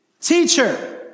Teacher